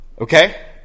Okay